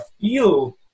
feel